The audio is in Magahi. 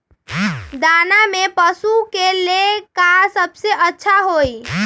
दाना में पशु के ले का सबसे अच्छा होई?